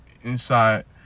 inside